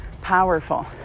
powerful